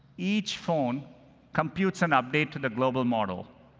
each phone computes an update to the global model.